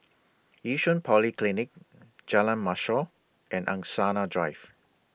Yishun Polyclinic Jalan Mashhor and Angsana Drive